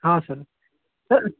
हाँ sir sir